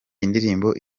indirimbo